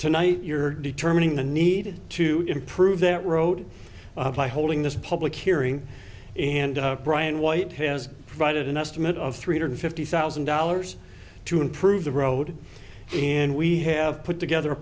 tonight you're determining the need to improve that road holding this public hearing and brian white has provided an estimate of three hundred fifty thousand dollars to improve the road and we i have put together a